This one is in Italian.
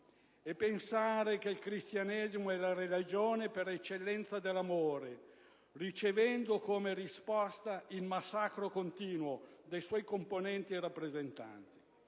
e pensare che il Cristianesimo è la religione per eccellenza dell'amore, ricevendo come risposta il massacro continuo dei suoi componenti e rappresentanti.